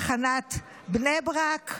הוא משרת במשטרת ישראל בתחומי תחנת בני ברק,